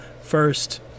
first